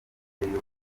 imitobe